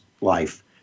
life